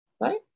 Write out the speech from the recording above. right